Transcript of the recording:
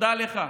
תודה לך.